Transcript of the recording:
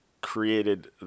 created